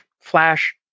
Flash